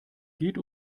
geht